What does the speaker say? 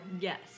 Yes